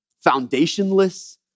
foundationless